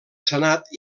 senat